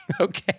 Okay